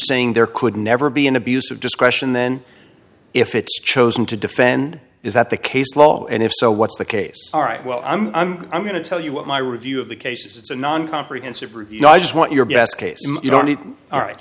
saying there could never be an abuse of discretion then if it's chosen to defend is that the case law and if so what's the case all right well i'm i'm i'm going to tell you what my review of the cases it's a non comprehensive review i just want your best case you don't need all right